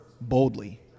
Boldly